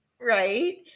right